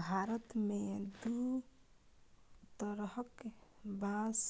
भारत मे दु तरहक बाँस